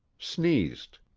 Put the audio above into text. sneezed.